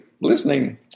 listening